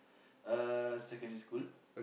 uh secondary school